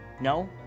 No